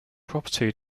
property